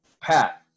Pat